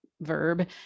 verb